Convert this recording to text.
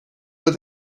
but